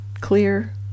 clear